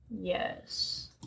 Yes